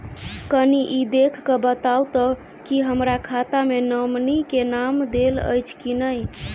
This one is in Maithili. कनि ई देख कऽ बताऊ तऽ की हमरा खाता मे नॉमनी केँ नाम देल अछि की नहि?